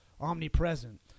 omnipresent